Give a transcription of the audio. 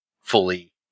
fully